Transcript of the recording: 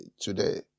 today